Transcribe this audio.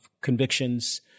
convictions